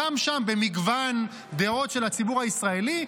גם שם במגוון דעות של הציבור הישראלי,